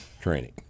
training